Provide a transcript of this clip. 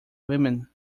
women